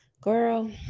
girl